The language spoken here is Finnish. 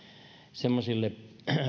semmoisille